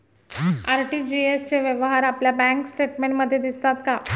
RTGS चे व्यवहार आपल्या बँक स्टेटमेंटमध्ये दिसतात का?